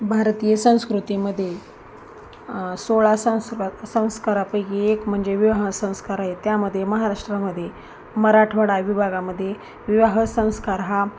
भारतीय संस्कृतीमध्ये सोळा संस्कारात संस्कारापैकी एक म्हणजे विवाहसंस्कार आहे त्यामध्ये महाराष्ट्रामध्ये मराठवाडा आहे विभागामध्ये विवाहसंस्कार हा